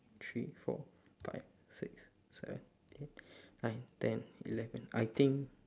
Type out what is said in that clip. three four five six seven eight nine ten eleven I think